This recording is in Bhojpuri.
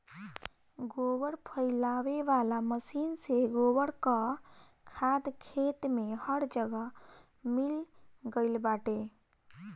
गोबर फइलावे वाला मशीन से गोबर कअ खाद खेत में हर जगह मिल गइल बाटे